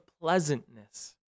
pleasantness